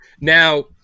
Now